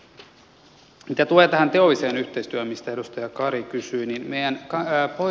mitä tulee tähän teolliseen yhteistyöhön mistä edustaja kari kysyi nimiään kone voi